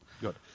Good